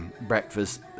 breakfast